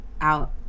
out